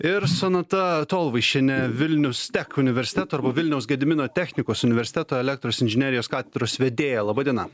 ir sonata tolvaišienė vilnius tek universiteto arba vilniaus gedimino technikos universiteto elektros inžinerijos katedros vedėja laba diena